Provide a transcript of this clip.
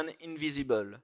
invisible